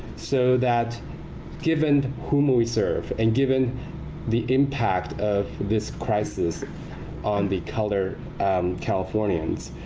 so that given whom we serve, and given the impact of this crisis on the colored californians,